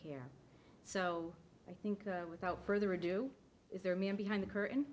care so i think without further ado is there a man behind the curtain